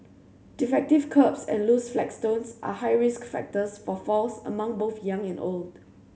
defective kerbs and loose flagstones are high risk factors for falls among both young and old